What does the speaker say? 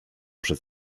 przed